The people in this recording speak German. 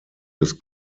des